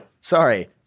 Sorry